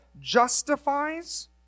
justifies